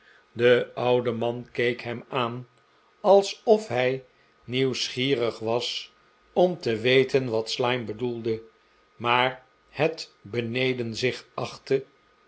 de oude man keek hem aan alsof hij nieuwsgierig was om te weten wat slyme bedoelde maar het beneden zich achtte